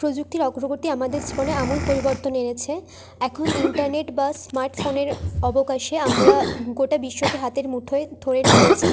প্রযুক্তির অগ্রগতি আমাদের জীবনে আমূল পরিবর্তন এনেছে এখন ইন্টারনেট বা স্মার্ট ফোনের অবকাশে আমরা গোটা বিশ্বকে হাতের মুঠোয় ধরে ফেলেছি